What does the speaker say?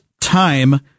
time